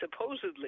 supposedly